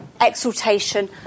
Exaltation